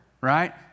right